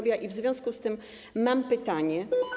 W związku z tym mam pytanie.